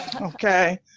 Okay